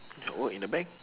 work in a bank